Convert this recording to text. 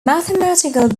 mathematical